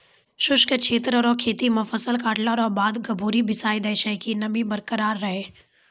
शुष्क क्षेत्र रो खेती मे फसल काटला रो बाद गभोरी बिसाय दैय छै कि नमी बरकरार रहै